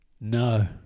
No